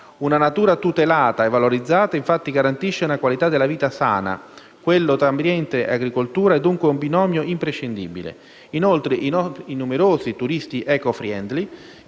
Una natura tutelata e valorizzata, infatti, garantisce una qualità della vita sana: quello tra ambiente e agricoltura è dunque un binomio imprescindibile. Inoltre, i numerosi turisti *ecofriendly*